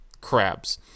crabs